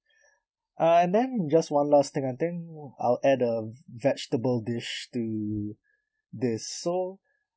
uh and then just one last thing I think I'll add a vegetable dish to this so